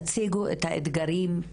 תציגו את האתגרים,